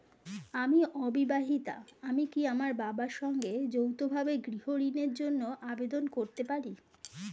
আমি অবিবাহিতা আমি কি আমার বাবার সঙ্গে যৌথভাবে গৃহ ঋণের জন্য আবেদন করতে পারি?